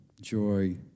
joy